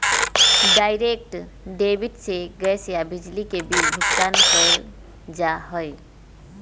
direct debit से gas या बिजली के बिल भुगतान कइल जा हई